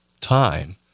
time